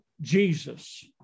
Jesus